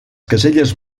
caselles